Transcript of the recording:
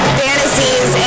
fantasies